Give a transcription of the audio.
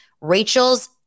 Rachel's